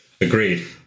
Agreed